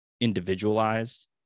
individualized